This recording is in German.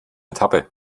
etappe